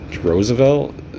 Roosevelt